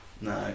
No